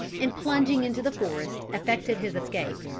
and plunging into the forest, effected his escape.